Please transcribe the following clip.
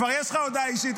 כבר יש לך הודעה אישית,